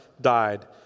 died